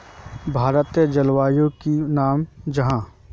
भारतेर जलवायुर की नाम जाहा?